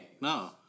No